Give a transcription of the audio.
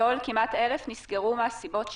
1,000, נסגרו מהסיבות שתיארת.